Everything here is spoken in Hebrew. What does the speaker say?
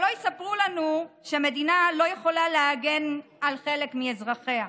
שלא יספרו לנו שמדינה לא יכולה להגן על חלק מאזרחיה.